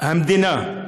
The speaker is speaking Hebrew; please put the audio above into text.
המדינה,